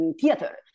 theater